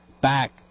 back –